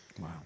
Wow